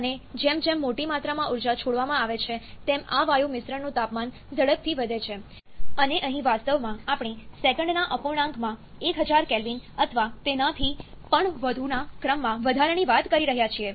અને જેમ જેમ મોટી માત્રામાં ઉર્જા છોડવામાં આવે છે તેમ આ વાયુ મિશ્રણનું તાપમાન ઝડપથી વધે છે અને અહીં વાસ્તવમાં આપણે સેકન્ડના અપૂર્ણાંકમાં 1000 K અથવા તેનાથી પણ વધુના ક્રમમાં વધારાની વાત કરી રહ્યા છીએ